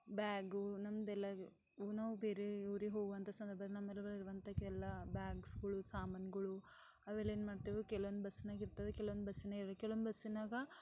bag ನಮ್ಮದೆಲ್ಲ ನಾವು ಬೇರೆ ಊರಿಗೆ ಹೋಗುವಂಥ ಸಂದರ್ಭದಲ್ಲಿ ನಮ್ಮಲ್ಲಿರುವಂಥ ಎಲ್ಲ ಬ್ಯಾಗ್ಸ್ಗಳು ಸಾಮಾನುಗಳು ಅವೆಲ್ಲ ಏನು ಮಾಡ್ತೇವೆ ಕೆಲವೊಂದು ಬಸ್ಸಿನಾಗಿರ್ತದ ಕೆಲವೊಂದು ಬಸ್ಸಿನಾಗ ಇರಕಿಲ್ಲ ಕೆಲವೊಂದು ಬಸ್ಸಿನಾಗ